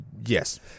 Yes